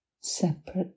separate